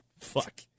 Fuck